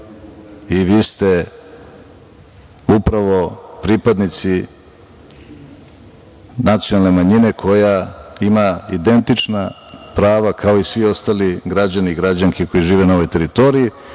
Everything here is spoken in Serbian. I vi ste, upravo pripadnici nacionalne manjine, koja ima identična prava, kao i svi ostali građani i građanke koji žive na ovoj teritoriji,